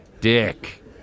dick